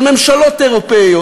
של ממשלות אירופיות.